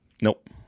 nope